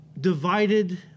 divided